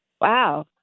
wow